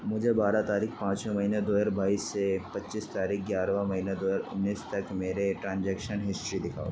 مجھے بارہ تاریخ پانچویں مہینہ دو ہزار بائیس سے پچیس تاریخ گیارہواں مہینہ دو ہزار انیس تک میرے ٹرانجیکشن ہسٹری دکھاؤ